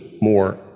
more